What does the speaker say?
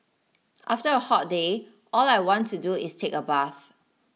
after a hot day all I want to do is take a bath